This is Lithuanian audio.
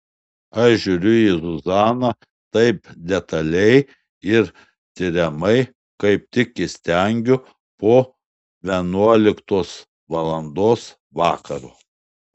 aš žiūriu į zuzaną taip detaliai ir tiriamai kaip tik įstengiu po vienuoliktos valandos vakaro